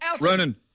Ronan